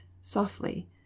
softly